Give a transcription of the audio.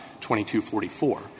2244